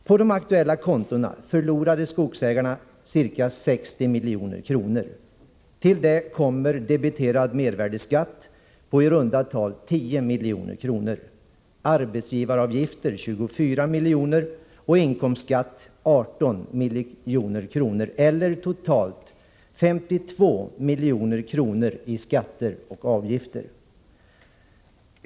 På de aktuella kontona förlorade skogsägarna ca 60 milj.kr. Till detta kommer debiterad mervärdeskatt på i runda tal 10 milj.kr., arbetsgivaravgifter på 24 milj.kr. och inkomstskatt med 18 milj.kr. eller totalt 52 milj.kr. i skatter och avgifter.